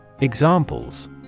Examples